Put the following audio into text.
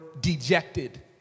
dejected